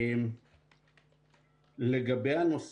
אני רק